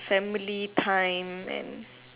family time and